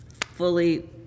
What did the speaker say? fully